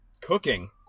Cooking